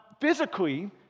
physically